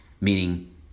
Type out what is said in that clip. Meaning